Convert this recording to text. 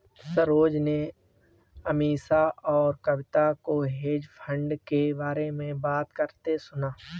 सरोज ने अमीषा और कविता को हेज फंड के बारे में बात करते सुना